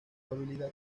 habilidad